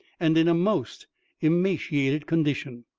and in a most emaciated condition.